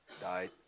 died